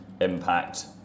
impact